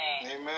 Amen